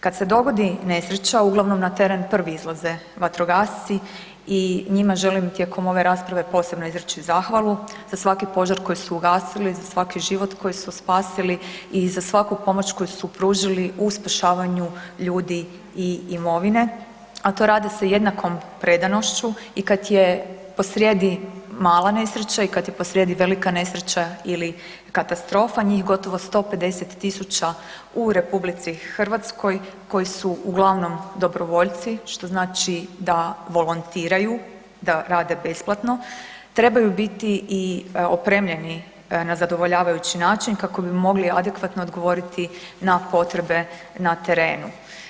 Kada se to dogodi nesreća uglavnom na teren prvi izlaze vatrogasci i njima želim tijekom ove rasprave posebno izreći zahvalu za svaki požar koji su ugasili, za svaki život koji su spasili i za svaku pomoć koju su pružili u spašavanju ljudi i imovine, a to rade sa jednakom predanošću i kada je posrijedi mala nesreća i kada je posrijedi velika nesreća ili katastrofa, njih gotovo 150.000 u RH koji su uglavnom dobrovoljci, što znači da volontiraju, da rade besplatno, trebaju biti i opremljeni na zadovoljavajući način kako bi mogli adekvatno odgovoriti na potrebe na terenu.